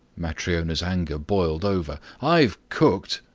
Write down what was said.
matryona's anger boiled over. i've cooked,